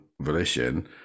volition